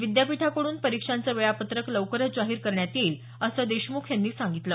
विद्यापीठाकडून परिक्षांचं वेळापत्रक लवकरच जाहीर करण्यात येईल असं देशमुख यांनी सांगितलं